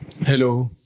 Hello